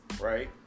right